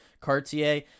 Cartier